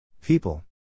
People